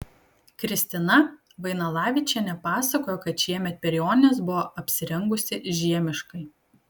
kristina vainalavičienė pasakojo kad šiemet per jonines buvo apsirengusi žiemiškai